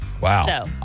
Wow